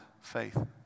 faith